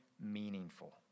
meaningful